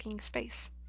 space